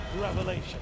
revelation